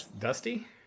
Dusty